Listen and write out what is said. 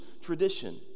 tradition